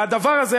והדבר הזה,